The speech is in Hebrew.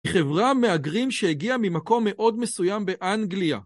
חברה מהגרים שהגיעה ממקום מאוד מסוים באנגליה.